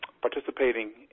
participating